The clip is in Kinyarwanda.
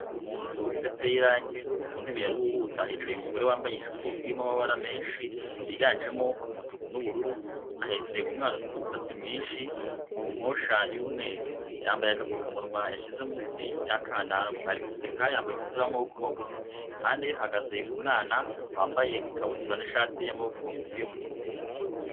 Mu nzu idateye irangi ku ntebe ya ruhuhuta hicaye umugore wambaye ijipo irimo amabara menshi yiganjemo umutuku n'ubururu ahetse umwana ufite umusatsi mwinshi mu nkonsha y'umweru yambaye agapfukamunwa yashyize munsi yakanan ari guseka yambaye umupira w'amaboko magufi impande ye hahagaze umwana wambaye ikabutura n'ishati y'amaboko magufi yo mu gitenge